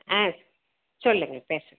ஆ சொல்லுங்கள் பேசுங்கள்